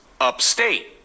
upstate